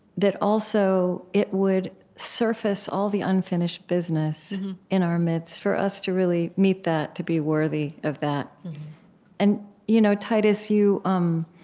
that also it would surface all the unfinished business in our midst for us to really meet that, to be worthy of that and you know titus, um